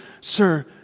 Sir